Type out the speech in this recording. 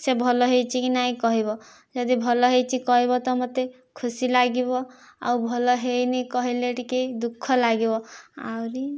ସେ ଭଲ ହୋଇଛି କି ନାହିଁ କହିବ ଯଦି ଭଲ ହୋଇଛି କହିବ ତ ମତେ ଖୁସି ଲାଗିବ ଆଉ ଭଲ ହୋଇନି କହିଲେ ଟିକେ ଦୁଃଖ ଲାଗିବ ଆହୁରି